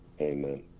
Amen